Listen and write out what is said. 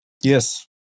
yes